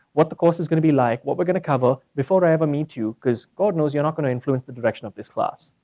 what the course is going to be like, what we're gonna cover, before i ever meet you. because god know's you're not gonna influence the direction of this class.